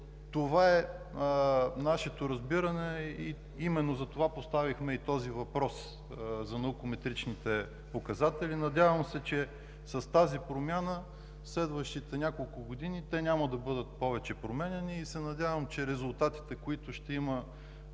Това е нашето разбиране и именно затова поставихме този въпрос за наукометричните показатели. Надявам се, че с тази промяна в следващите няколко години няма да бъдат променяни повече и резултатите, които ще има